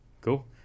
cool